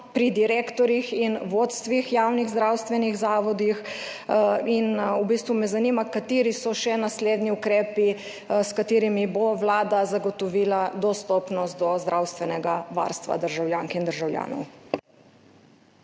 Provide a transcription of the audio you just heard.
pri direktorjih in vodstvih javnih zdravstvenih zavodov. V bistvu me zanima: Kateri so naslednji ukrepi, s katerimi bo Vlada zagotovila dostopnost do zdravstvenega varstva državljank in državljanov?